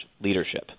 leadership